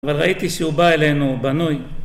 אבל ראיתי שהוא בא אלינו בנוי